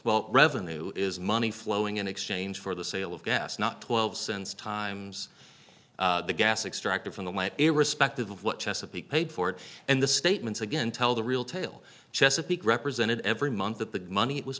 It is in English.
well revenue is money flowing in exchange for the sale of gas not twelve cents times the gas extracted from the white irrespective of what chesapeake paid for it and the statements again tell the real tale chesapeake represented every month that the money it was